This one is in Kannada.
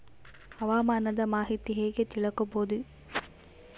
ಹವಾಮಾನದ ಮಾಹಿತಿ ಹೇಗೆ ತಿಳಕೊಬೇಕು?